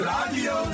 Radio